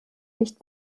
nicht